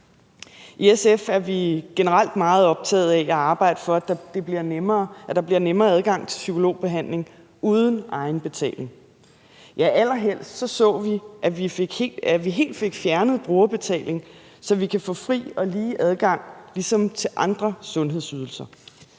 I SF er vi generelt meget optaget af at arbejde for, at der bliver nemmere adgang til psykologbehandling uden egenbetaling – ja, allerhelst så vi i SF, at vi helt fik fjernet brugerbetaling, så vi kan få fri og lige adgang dér ligesom til andre sundhedsydelser.